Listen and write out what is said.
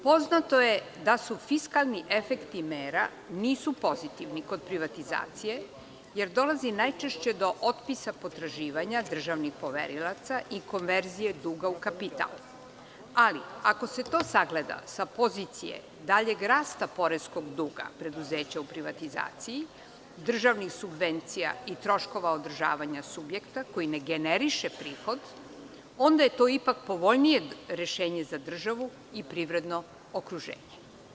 Poznato je da fiskalni efekti mera nisu pozitivni kod privatizacije jer dolazi najčešće do otpisa potraživanja državnih poverilaca i konverzije duga u kapital, ali, ako se to sagleda sa pozicije daljeg rasta poreskog duga preduzeća u privatizaciji, državnih subvencija i troškova održavanja subjekta koji ne generiše prihod, onda je to ipak povoljnije rešenje za državu i privredno okruženje.